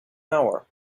hour